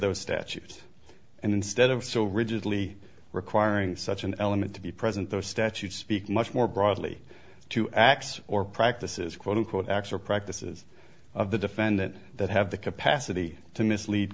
those statues and instead of so rigidly requiring such an element to be present the statute speak much more broadly to x or practices quote unquote x or practices of the defendant that have the capacity to mislead